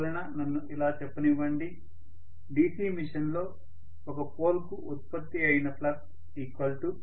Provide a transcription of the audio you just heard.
అందువలన నన్ను ఇలా చెప్పనివ్వండి DC మెషిన్ లో ఒక పోల్ కు ఉత్పత్తి అయిన ఫ్లక్స్ ϕ వెబర్స్